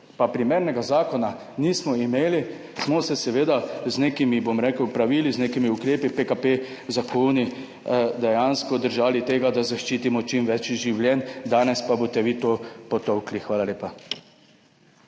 pa primernega zakona nismo imeli, smo se seveda z nekimi, bom rekel, pravili, z nekimi ukrepi, zakoni PKP dejansko držali tega, da zaščitimo čim več življenj, danes pa boste vi to potolkli. Hvala lepa.